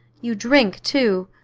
you drink, too.